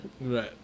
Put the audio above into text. Right